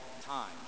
time